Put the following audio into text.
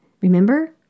Remember